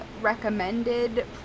recommended